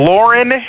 Lauren